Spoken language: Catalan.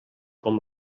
com